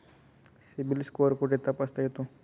CIBIL score कुठे तपासता येतो?